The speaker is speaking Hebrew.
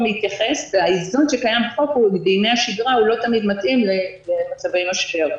להתייחס והאיזון שקיים בימי השגרה הוא לא תמיד למצבי משבר.